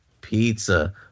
pizza